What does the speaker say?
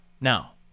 Now